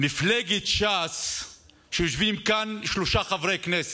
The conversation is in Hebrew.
מפלגת ש"ס, שיושבים כאן שלושה חברי כנסת,